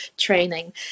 training